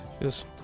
Yes